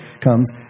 comes